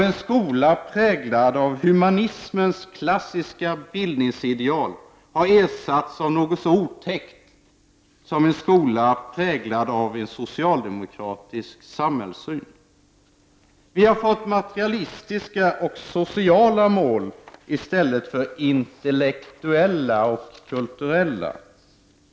En skola präglad av humanismens klassiska bildningsideal har ersatts av något så otäckt som en skola präglad av en socialdemokratisk samhällssyn. Vi har fått materialistiska och sociala mål i stället för intellektuella och kulturella.